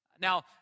Now